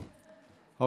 ההצבעה?